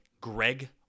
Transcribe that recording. Greg